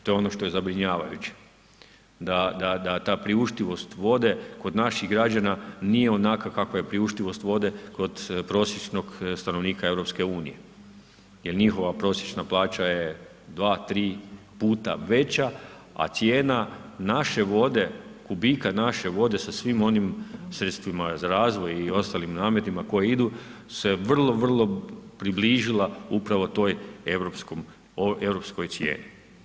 To je ono što je zabrinjavajuće da ta priuštivost vode kod naših građana nije onakva kakva je priuštivost vode kod prosječnog stanovnika EU jer njihova prosječna plaća će 2, 3 puta veća a cijena naše vode, kubika naše vode sa svim onim sredstvima za razvoj i ostalim nametima koje idu se vrlo, vrlo približila upravo toj europskoj cijeni.